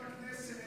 חבר הכנסת,